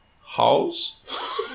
holes